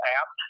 app